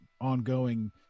ongoing